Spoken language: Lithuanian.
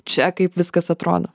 čia kaip viskas atrodo